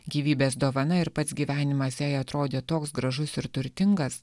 gyvybės dovana ir pats gyvenimas jai atrodė toks gražus ir turtingas